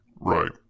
Right